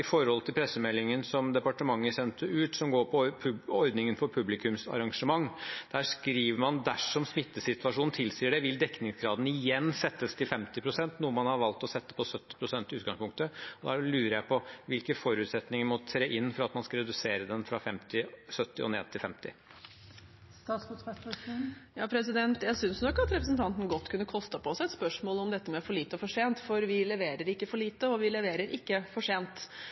pressemeldingen som departementet sendte ut, som gjelder ordningen for publikumsarrangementer. Der skriver man: «Dersom smittesituasjonen tilsier det, vil dekningsgraden igjen settes til 50 prosent Denne har man valgt å sette til 70 pst. i utgangspunktet. Da lurer jeg på: Hvilke forutsetninger må tre inn for at man skal redusere den fra 70 pst. og ned til 50 pst. Jeg synes nok at representanten godt kunne kostet på seg et spørsmål om dette med for lite og for sent, for vi leverer ikke for lite, og vi leverer ikke for sent.